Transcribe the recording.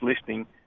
listening